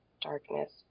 Darkness